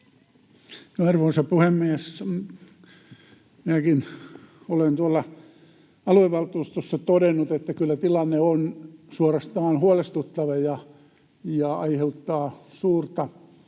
Arvoisa puhemies! Minäkin olen aluevaltuustossa todennut, että kyllä tilanne on suorastaan huolestuttava ja aiheuttaa suurta